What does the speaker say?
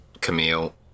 Camille